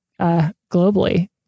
globally